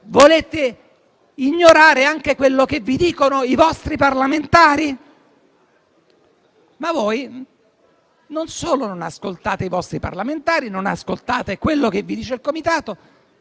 volete ignorare anche quello che vi dicono i vostri parlamentari. Voi, tuttavia, non ascoltate i vostri parlamentari né quello che vi dice il Comitato.